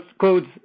codes